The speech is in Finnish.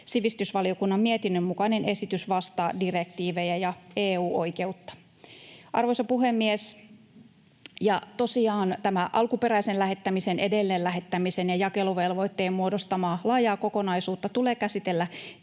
Sivistysvaliokunnan mietinnön mukainen esitys vastaa direktiivejä ja EU-oikeutta. Arvoisa puhemies! Tosiaan tätä alkuperäisen lähettämisen, edelleenlähettämisen ja jakeluvelvoitteen muodostamaa laajaa kokonaisuutta tulee käsitellä